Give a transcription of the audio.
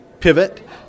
pivot